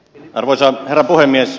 arvoisa herra puhemies